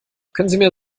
können